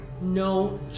No